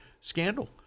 scandal